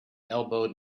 elbowed